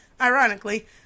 ironically